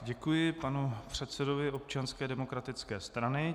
Děkuji panu předsedovi Občanské demokratické strany.